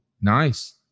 nice